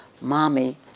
mommy